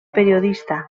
periodista